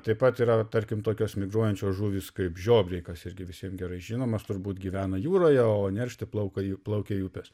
taip pat yra tarkim tokios migruojančios žuvys kaip žiobriai kas irgi visiem gerai žinomas turbūt gyvena jūroje o neršti plauka į plaukia į upes